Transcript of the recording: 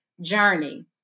journey